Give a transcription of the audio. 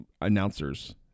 announcers